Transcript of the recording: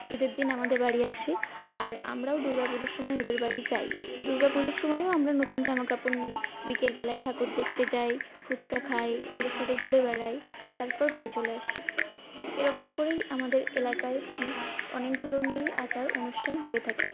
ঈদের দিন আমাদের বাড়ি আসে আর আমরাও দুর্গা পুজোর সময় ওদের বাড়ি যাই দুর্গা পুজোর সময়ও আমরা নতুন জামা কাপড় নিই বিকেল বেলায় ঠাকুর দেখতে যাই ফুচকা খাই ওদের সাথে ঘুরে বেড়াই তারপর বাড়ি চলে আসি এরকম করেই আমাদের এলাকায় অনেক ধরনেরই আচার অনুষ্ঠান হয়ে থাকে